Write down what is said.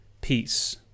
peace